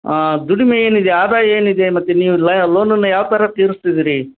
ಆಂ ದುಡಿಮೆ ಏನಿದೆ ಆದಾಯ ಏನಿದೆ ಮತ್ತೆ ನೀವು ಲೋನನ್ನು ಯಾವ ಥರ ತೀರಸ್ತಿದ್ದೀರಿ